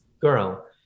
girl